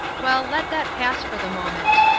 well, let that pass for the moment.